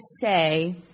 say